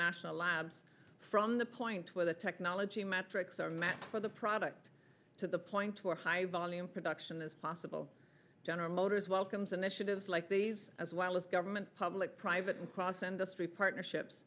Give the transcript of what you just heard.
national labs from the point where the technology metrics are matched for the product to the point where high volume production is possible general motors welcomes initiatives like these as well as government public private and cross send us free partnerships